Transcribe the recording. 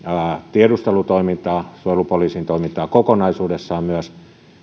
tiedustelutoimintaa suojelupoliisin toimintaa kokonaisuudessaan myös